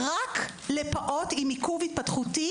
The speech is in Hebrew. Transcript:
רק פעוט עם עיכוב התפתחותי,